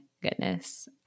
goodness